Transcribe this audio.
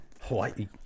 Hawaii